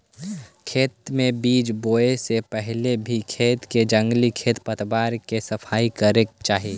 खेत में बीज बोए से पहले भी खेत के जंगली खेर पतवार के सफाई करे चाही